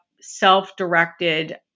self-directed